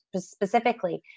specifically